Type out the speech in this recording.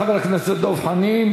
תודה לחבר הכנסת דב חנין.